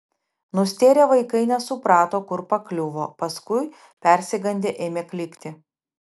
nustėrę vaikai nesuprato kur pakliuvo paskui persigandę ėmė klykti